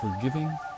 forgiving